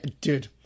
dude